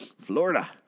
Florida